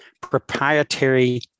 proprietary